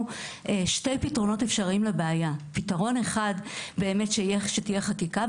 שני פתרונות אפשריים לבעיה פתרון אחד שבאמת תהיה חקיקה,